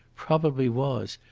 probably was,